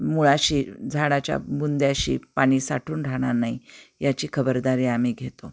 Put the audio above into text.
मुळाशी झाडाच्या बुंद्याशी पानी साठून राहणार नाही याची खबरदारी आम्ही घेतो